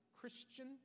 Christian